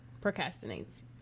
procrastinates